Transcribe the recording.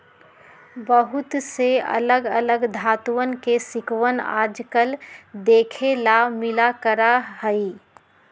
बहुत से अलग अलग धातुंअन के सिक्कवन आजकल देखे ला मिला करा हई